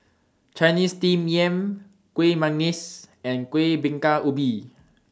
Chinese Steamed Yam Kuih Manggis and Kueh Bingka Ubi